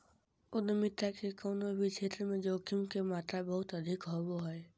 उद्यमिता के कउनो भी क्षेत्र मे जोखिम के मात्रा बहुत अधिक होवो हय